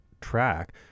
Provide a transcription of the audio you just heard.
track